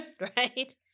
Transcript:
Right